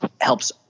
helps